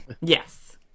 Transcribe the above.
Yes